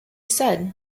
said